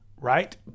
right